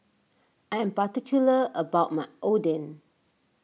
I am particular about my Oden